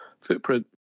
footprint